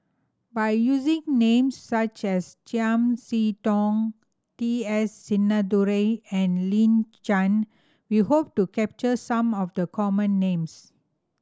by using names such as Chiam See Tong T S Sinnathuray and Lin Chen we hope to capture some of the common names